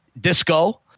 disco